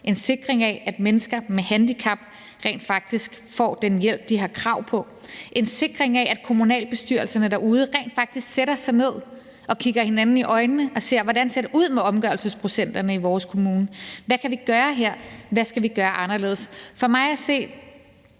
en sikring af, at mennesker med handicap rent faktisk får den hjælp, de har krav på, og en sikring af, at kommunalbestyrelserne derude rent faktisk sætter sig ned og kigger hinanden i øjnene og ser på, hvordan det ser ud med omgørelsesprocenterne i deres kommune, hvad de kan gøre der, og hvad de skal gøre anderledes. For mig at se